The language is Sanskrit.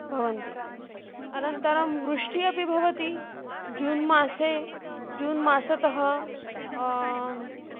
भवन्ति अनन्तरं वृष्टिः अपि भवति जून् मासे जून् मासतः